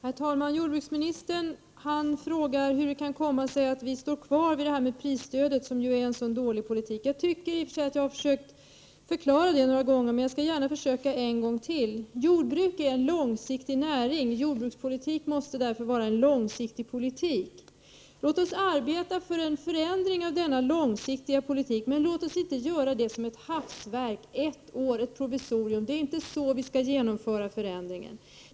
Herr talman! Jordbruksministern frågar hur det kommer sig att vi vidhåller politiken om prisstöd, som ju är en så dålig politik. Jag tycker i och för sig att jag har försökt förklara det några gånger, men jag skall gärna försöka en gång till. Prot. 1988/89:127 Jordbruk är en långsiktig näring. Jordbrukspolitiken måste därför vara en 2 juni 1989 långsiktig politik. Låt oss arbeta för en förändring i denna långsiktiga politik, men låt oss inte göra det till ett hafsverk — ett år, ett provisorium. Det är inte så vi skall genomföra förändringar.